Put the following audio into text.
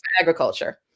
agriculture